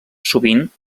sovint